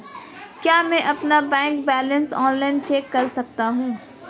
क्या मैं अपना बैंक बैलेंस ऑनलाइन चेक कर सकता हूँ?